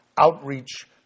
outreach